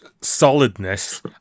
solidness